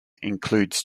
includes